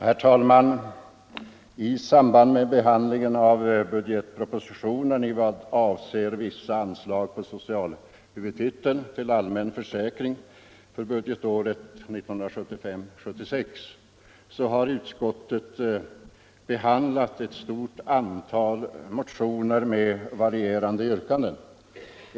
Herr talman! I samband med behandlingen av budgetpropositionen i vad avser vissa anslag till allmän försäkring för budgetåret 1975/76 har utskottet behandlat ett stort antal motioner med varierande yrkanden.